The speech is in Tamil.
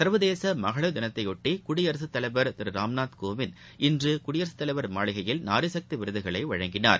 சா்வதேசமகளிா் தினத்தையொட்டிகுடியரசுதலைவா் திருராம்நாத் கோவிந்த் இன்றுகுடியரசுதலைவா் மாளிகையில் நாரிசக்திவிருதுகளைவழங்கினார்